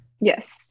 Yes